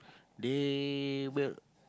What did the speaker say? they will